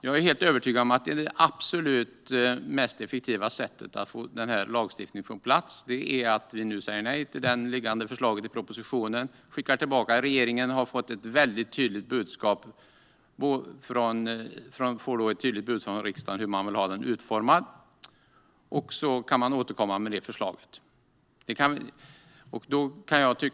Jag är övertygad om att det absolut mest effektiva sättet att få denna lagstiftning på plats är att vi nu säger nej till förslaget i propositionen och skickar tillbaka det till regeringen, som då får ett tydligt budskap från riksdagen om hur man vill ha lagstiftningen utformad. Regeringen kan sedan återkomma med ett nytt förslag.